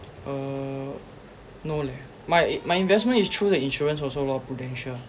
uh no leh my my investment is through the insurance also lor prudential